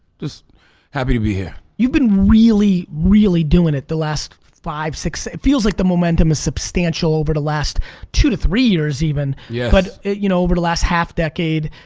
just happy to be here. you've been really, really doing it the last five, six, it feels like the momentum is substantial over the last two to three years even, yeah but you know over the last half decade.